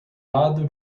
lado